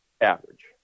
Average